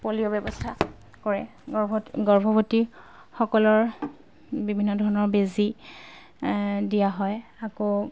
polio ব্যৱস্থা কৰে গৰ্ভত গৰ্ভৱতীসকলৰ বিভিন্ন ধৰণৰ বেজী দিয়া হয় আকৌ